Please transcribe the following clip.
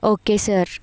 okay sir